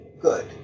good